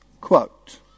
quote